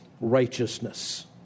righteousness